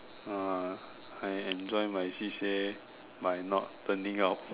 uh I enjoy my C_C_A by not turning up